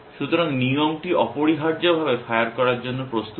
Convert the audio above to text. সুতরাং নিয়মটি অপরিহার্যভাবে ফায়ার করার জন্য প্রস্তুত